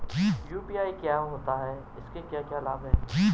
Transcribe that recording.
UPI क्या होता है इसके क्या क्या लाभ हैं?